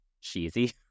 cheesy